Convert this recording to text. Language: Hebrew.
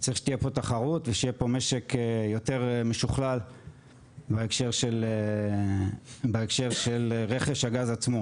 צריך שתהיה פה תחרות ושיהיה פה משק יותר משוכלל בהקשר של רכש הגז עצמו,